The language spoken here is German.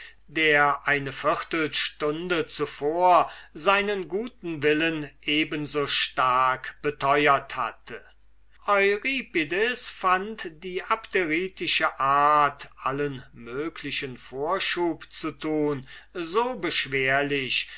der eine viertelstunde zuvor seinen guten willen eben so stark beteuert hatte euripides fand die abderitische art allen möglichen vorschub zu tun so beschwerlich